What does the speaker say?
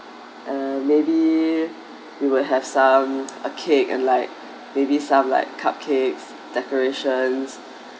uh maybe we will have some a cake like baby stuff like cupcake decoration